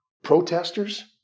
protesters